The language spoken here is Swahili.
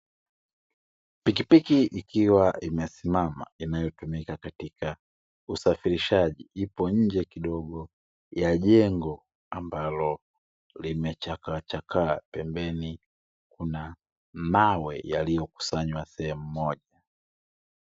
Pikipiki ikiwa imesimama inayotumika katika usafirishaji ipo nje kidogo ya jengo ambalo limechakaachakaa, pembeni kuna mawe yaliyokusanywa sehemu moja.